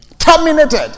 Terminated